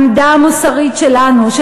העמדה המוסרית שלנו,